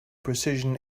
precision